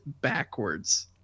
backwards